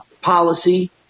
policy